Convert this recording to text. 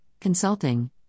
consulting